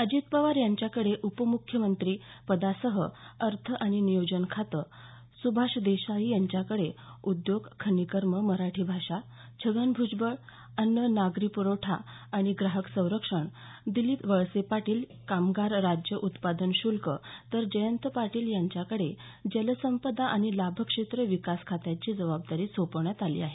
अजित पवार यांच्याकडे उपम्ख्यमंत्री पदासह अर्थ आणि नियोजन खातं सुभाष देसाई यांच्याकडे उद्योग खनिकर्म मराठी भाषा छगन भुजबळ अन्न नागरी पुरवठा आणि ग्राहक संरक्षण दिलीप वळसे पाटील कामगार राज्य उत्पादन श्ल्क तर जयंत पाटील यांच्याकडे जलसंपदा आणि लाभक्षेत्र विकास खात्याची जबाबदारी सोपवण्यात आली आहे